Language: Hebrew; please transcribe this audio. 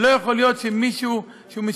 ולא יכול להיות שמישהו שמשרת,